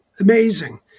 amazing